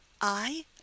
I